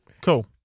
Cool